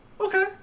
Okay